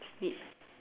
sleep